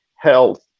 health